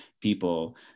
people